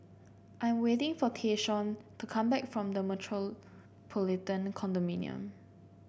I am waiting for Tayshaun to come back from The Metropolitan Condominium